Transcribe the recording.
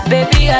Baby